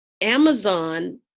Amazon